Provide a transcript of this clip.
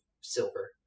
silver